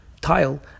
tile